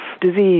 disease